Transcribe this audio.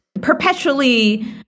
perpetually